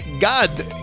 God